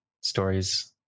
stories